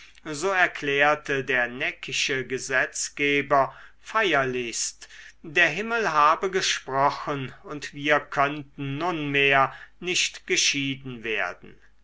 so erklärte der neckische gesetzgeber feierlichst der himmel habe gesprochen und wir könnten nunmehr nicht geschieden werden